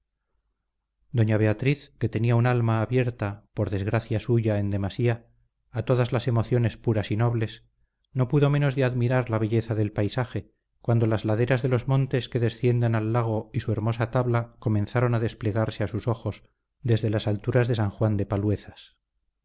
doña beatriz que tenía un alma abierta por desgracia suya en demasía a todas las emociones puras y nobles no pudo menos de admirar la belleza del paisaje cuando las laderas de los montes que descienden al lago y su hermosa tabla comenzaron a desplegarse a sus ojos desde las alturas de san juan de paluezas